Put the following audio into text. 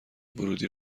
ورودی